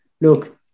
Look